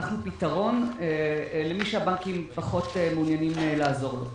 אנחנו פתרון למי שהבנקים פחות מעוניינים לעזור לו.